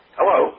Hello